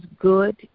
good